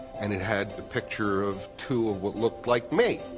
and it had a picture of two of what looked like me.